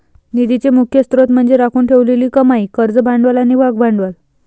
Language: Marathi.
निधीचे मुख्य स्त्रोत म्हणजे राखून ठेवलेली कमाई, कर्ज भांडवल आणि भागभांडवल